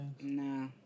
Nah